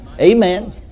Amen